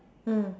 mm